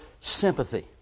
sympathy